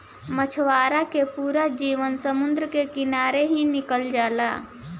मछवारा के पूरा जीवन समुंद्र के किनारे ही निकल जाला